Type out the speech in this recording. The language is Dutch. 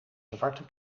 zwarte